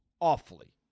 awfully